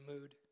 mood